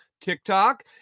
tiktok